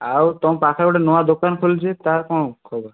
ଆଉ ତମ୍ ପାଖେ ଗୋଟେ ନୂଆ ଦୋକାନ ଖୋଲଛି ତା'ର କ'ଣ ଖବର